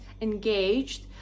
engaged